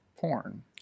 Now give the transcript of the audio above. porn